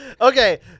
Okay